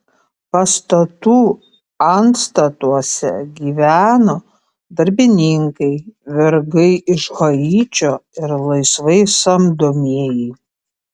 pastatų antstatuose gyveno darbininkai vergai iš haičio ir laisvai samdomieji